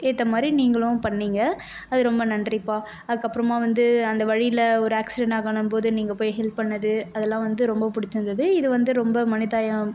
ஏற்ற மாதிரி நீங்களும் பண்ணீங்க அது ரொம்ப நன்றிப்பா அதுக்கப்புறமா வந்து அந்த வழியில் ஒரு ஆக்சிடெண்ட் ஆகணும்போது நீங்கள் போய் ஹெல்ப் பண்ணது அதெல்லாம் வந்து ரொம்ப பிடிச்சிருந்துது இது வந்து ரொம்ப மனிதாயம்